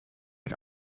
ich